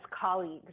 colleagues